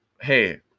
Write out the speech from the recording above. Hey